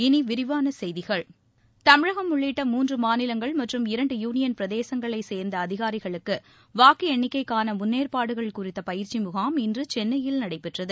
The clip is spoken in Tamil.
இனி விரிவான செய்கிகள் தமிழகம் உள்ளிட்ட மூன்று மாநிலங்கள் மற்றும் இரண்டு யூளியன் பிரதேசங்களைச் சேர்ந்த அதிகாரிகளுக்கு வாக்கு எண்ணிக்கைக்கான முனனேற்பாடுகள் குறித்த பயிற்சி முகாம் இன்று சென்னையில் நடைபெற்றது